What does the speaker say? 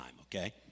okay